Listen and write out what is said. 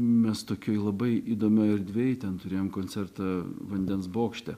mes tokioj labai įdomioj erdvėj ten turėjom koncertą vandens bokšte